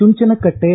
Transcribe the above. Chunchanakatte